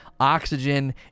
Oxygen